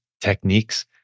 techniques